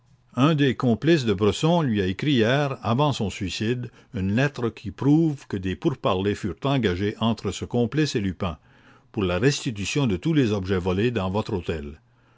un des complices de bresson lui a écrit hier avant son suicide une lettre qui prouve que des pourparlers furent engagés entre ce complice et lupin pour la restitution de tous les objets volés dans votre hôtel